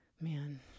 Man